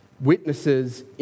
Witnesses